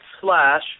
slash